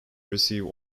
receive